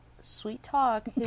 sweet-talk